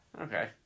Okay